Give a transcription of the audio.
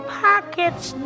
pockets